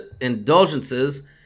indulgences